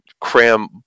cram